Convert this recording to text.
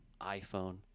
iPhone